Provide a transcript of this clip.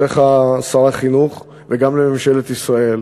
אליך, שר החינוך, וגם לממשלת ישראל,